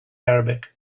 arabic